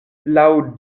laŭ